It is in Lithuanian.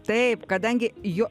taip kadangi jo